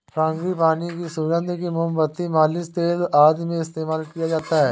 frangipani की सुगंध को मोमबत्ती, मालिश तेल आदि में इस्तेमाल किया जाता है